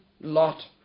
Lot